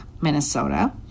Minnesota